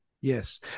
Yes